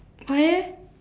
why leh